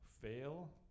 fail